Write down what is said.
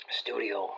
studio